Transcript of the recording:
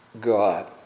God